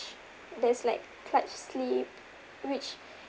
there's like clutch slip which